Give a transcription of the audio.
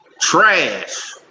Trash